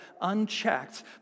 unchecked